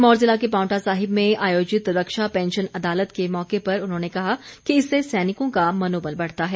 सिरमौर ज़िला के पांवटा साहिब में आयोजित रक्षा पैंशन अदालत के मौके पर उन्होंने कहा कि इससे सैनिकों का मनोबल बढ़ता है